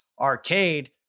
arcade